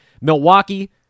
Milwaukee